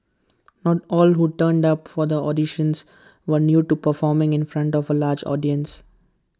not all who turned up for the auditions were new to performing in front of A large audience